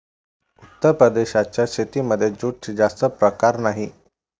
उत्तर प्रदेशाच्या शेतीमध्ये जूटचे जास्त प्रकार नाही